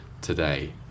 today